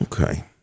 Okay